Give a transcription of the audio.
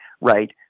right